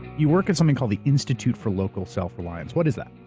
you work at something called the institute for local self-reliance. what is that?